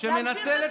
להמשיך בציטוטים?